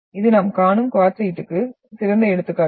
இது நாம் காணும் குவார்ட்சைட்டுக்கு சிறந்த எடுத்துக்காட்டு